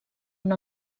una